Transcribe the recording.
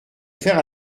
faire